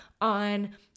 on